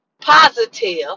Positive